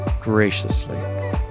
graciously